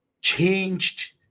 changed